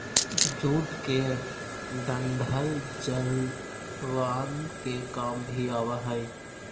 jute के डंठल जलावन के काम भी आवऽ हइ